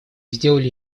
сделали